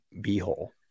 B-hole